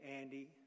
Andy